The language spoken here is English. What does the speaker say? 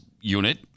unit